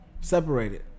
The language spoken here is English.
Separated